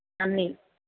നന്ദി